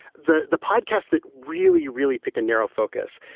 the the podcast that really, really picked a narrow focus.